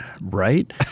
right